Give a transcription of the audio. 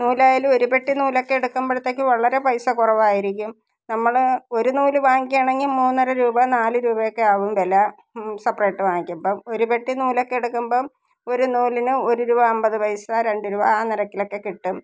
നൂലായാലും ഒരു പെട്ടി നൂലൊക്കെ എടുക്കുമ്പോഴത്തേക്കും വളരെ പൈസ കുറവായിരിക്കും നമ്മൾ ഒരു നൂൽ വാങ്ങിക്കുകയാണെങ്കിൽ മൂന്നര രൂപ നാല് രൂപയൊക്കെ ആകും വില സപ്രേറ്റ് വാങ്ങിക്കുമ്പോൾ ഒരു പെട്ടി നൂലൊക്കെ എടുക്കുമ്പോൾ ഒരു നൂലിന് ഒരു രൂപ അൻപത് പൈസ രണ്ട് രൂപ ആ നിരക്കിലൊക്കെ കിട്ടും